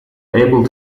able